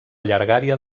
llargària